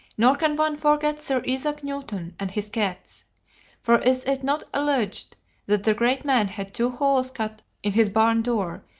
nor can one forget sir isaac newton and his cats for is it not alleged that the great man had two holes cut in his barn door,